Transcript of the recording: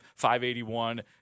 581